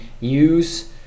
use